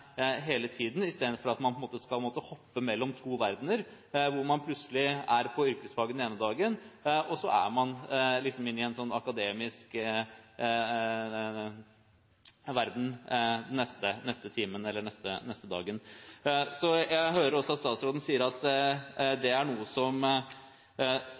hele tiden, i stedet for at man skal måtte hoppe mellom to verdener, hvor man plutselig er på yrkesfag den ene dagen, og så er man inne i en sånn akademisk verden den neste timen eller neste dagen. Jeg hører statsråden sier at